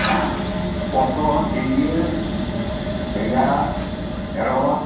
ᱯᱚᱴᱚᱞ ᱡᱷᱤᱝᱭᱟᱹ ᱵᱮᱸᱜᱟᱲ ᱰᱷᱮᱸᱬᱚᱥ